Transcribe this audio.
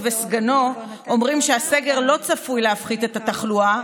וסגנו אומרים שהסגר לא צפוי להפחית את התחלואה,